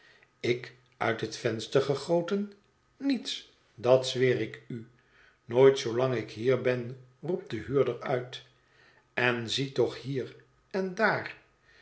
ik uit het venster gegoten niets dat zweer ik u nooit zoolang ik hier ben roept de huurder uit en zie toch hier en daar